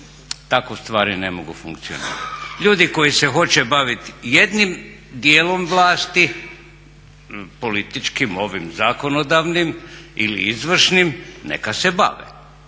Tako stvari ne mogu funkcionirati. Ljudi koji se hoće baviti jednim dijelom vlasti političkim ovim zakonodavnim ili izvršnim neka se bave